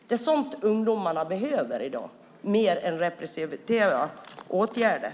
Det är sådant ungdomarna behöver i dag mer än repressiva åtgärder.